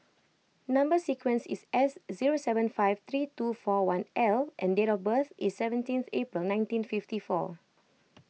Number Sequence is S zero seven five three two four one L and date of birth is seventeen April nineteen fifty four